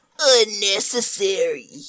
Unnecessary